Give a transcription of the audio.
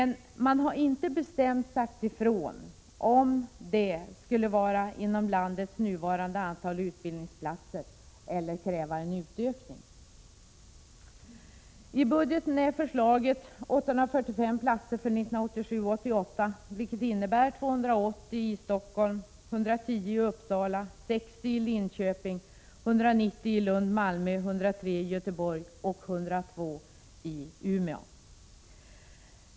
Men arbetsgruppen har inte bestämt sagt om denna ökning skulle ske inom landets nuvarande totalram för antalet utbildningsplatser eller om denna skulle behöva ökas. I budgeten föreslås 845 platser för 1987/88, vilket innebär 280 i Stockholm, 110 i Uppsala, 60 i Linköping, 190 i Lund—-Malmö, 103 i Göteborg och 102 i Umeå.